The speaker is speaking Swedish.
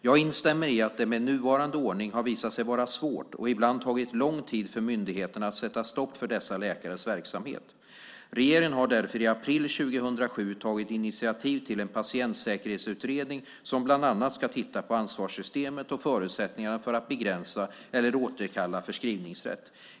Jag instämmer i att det med nuvarande ordning har visat sig vara svårt och ibland tagit lång tid för myndigheterna att sätta stopp för dessa läkares verksamhet. Regeringen har därför i april 2007 tagit initiativ till en patientsäkerhetsutredning som bland annat ska titta på ansvarssystemet och förutsättningarna för att begränsa eller återkalla förskrivningsrätt.